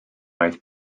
oedd